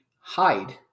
hide